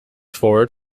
forward